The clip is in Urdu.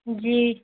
جی